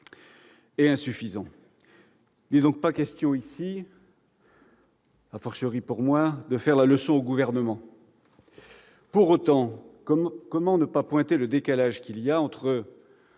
et insuffisant. Il n'est donc pas question, ici, pour moi, de faire la leçon au Gouvernement. Pour autant, comment ne pas pointer le décalage entre